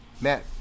Matt